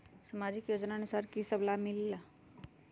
समाजिक योजनानुसार कि कि सब लाब मिलीला?